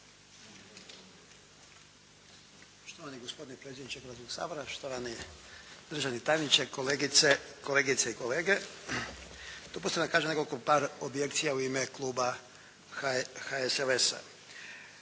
Poštovani gospodine predsjedniče Hrvatskog sabora, štovani državni tajniče, kolegice i kolege. Dopustite da kažem nekoliko par objekcija u ime kluba HSLS-a.